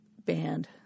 banned